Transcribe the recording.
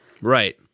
Right